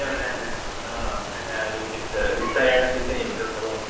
एवमेवमेवं हा किञ्चित् विस्तरेण चिन्तयामः इदं सर्वम्